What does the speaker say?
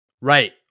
Right